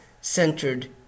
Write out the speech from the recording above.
centered